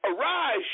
Arise